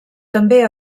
també